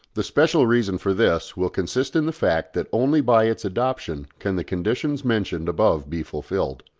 the special reason for this will consist in the fact that only by its adoption can the conditions mentioned above be fulfilled.